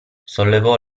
sollevò